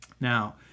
Now